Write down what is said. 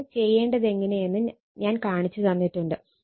ഒന്ന് ചെയ്യേണ്ടതെങ്ങനെയെന്ന് ഞാൻ കാണിച്ചു തന്നിട്ടുണ്ട്